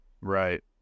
Right